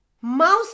Mouse